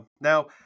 Now